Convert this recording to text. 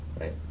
right